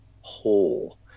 whole